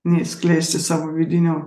neišskleisti savo vidinio